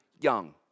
young